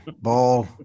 ball